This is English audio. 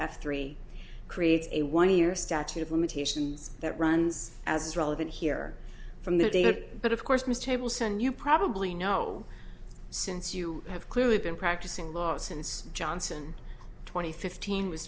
three creates a one year statute of limitations that runs as relevant here from the day that but of course mr tables and you probably know since you have clearly been practicing law since johnson twenty fifteen was